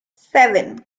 seven